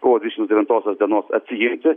kovo dvidešims devintosios dienos atsiimti